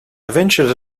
venture